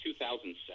2007